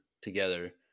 together